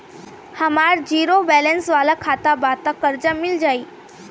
हमार zero balance वाला खाता बा त कर्जा मिल जायी?